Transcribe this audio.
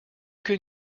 can